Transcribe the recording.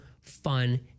fun